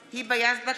יזבק,